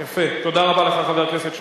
יפה, תודה רבה לך, חבר הכנסת שנלר.